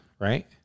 right